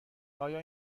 آیا